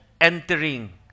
entering